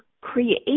create